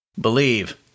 Believe